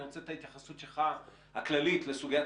אני רוצה את ההתייחסות שלך הכללית לסוגיית